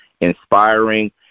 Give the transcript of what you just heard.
inspiring